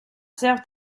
servent